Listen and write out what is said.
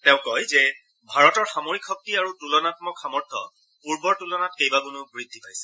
তেওঁ কয় যে ভাৰতৰ সামৰিক শক্তি আৰু তুলনাম্মক সামৰ্থ্য পূৰ্বৰ তুলনাত কেইবাগুণো বৃদ্ধি পাইছে